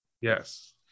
yes